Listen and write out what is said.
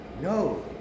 No